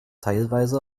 teilweise